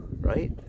right